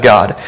God